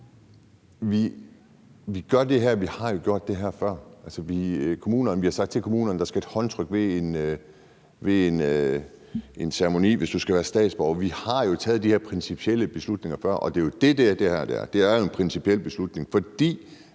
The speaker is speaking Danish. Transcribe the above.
jo har gjort det her før. Vi har sagt til kommunerne, at der skal et håndtryk til ved en ceremoni, hvis du skal være statsborger, og vi har jo taget de her principielle beslutninger før, og det er jo det, som det her er, nemlig en principiel beslutning. For